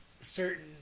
certain